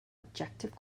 objective